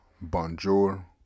bonjour